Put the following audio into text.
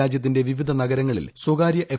രാജ്യത്തിന്റെ വിവിധ നഗരങ്ങളിൽ സ്ഥികാർട്ട് എഫ്